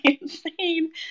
insane